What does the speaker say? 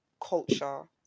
culture